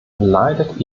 leidet